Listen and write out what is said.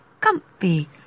comfy